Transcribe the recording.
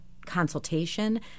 consultation